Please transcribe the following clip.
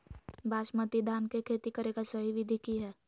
बासमती धान के खेती करेगा सही विधि की हय?